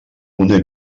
una